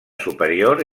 superior